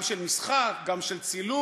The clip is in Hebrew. גם של משחק, גם של צילום,